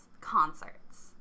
Concerts